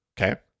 okay